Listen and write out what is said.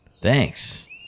Thanks